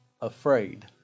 afraid